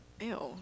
ew